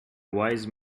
wise